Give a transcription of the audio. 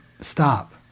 stop